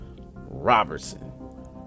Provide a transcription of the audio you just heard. Robertson